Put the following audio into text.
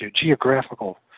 geographical